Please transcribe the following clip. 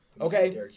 Okay